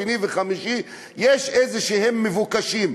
בכל שני וחמישי, למבוקשים,